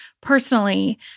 personally